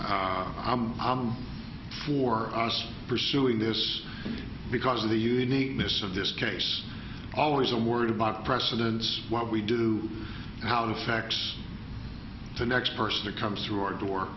on for us pursuing this because of the uniqueness of this case always i'm worried about precedents what we do how it affects the next person that comes through our door